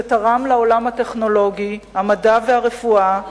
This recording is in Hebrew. שתרם לעולם הטכנולוגי, המדע, הרפואה והחקלאות,